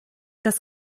das